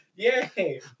Yay